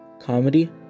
comedy